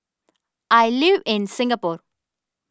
I live in Singapore